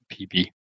PB